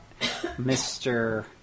Mr